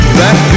back